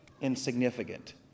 insignificant